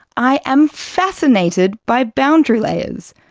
i am fascinated by boundary layers.